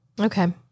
okay